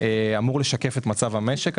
אמור לשקף את מצב המשק.